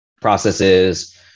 processes